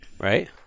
Right